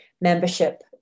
membership